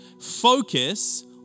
Focus